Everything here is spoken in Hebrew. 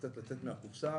קצת לצאת מן הקופסה